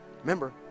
Remember